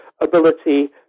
ability